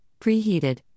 preheated